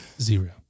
Zero